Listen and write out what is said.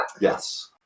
Yes